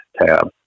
tab